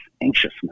anxiousness